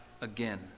again